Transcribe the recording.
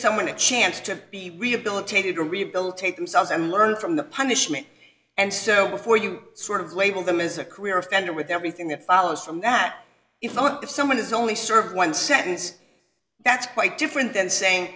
someone a chance to be rehabilitated to rehabilitate themselves and learn from the punishment and so before you sort of label them as a career offender with everything that follows from that if not the someone is only served one sentence that's quite different than saying